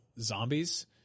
zombies